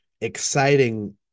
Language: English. exciting